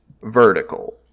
vertical